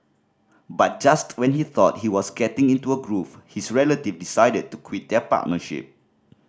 but just when he thought he was getting into a groove his relative decided to quit their partnership